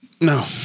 No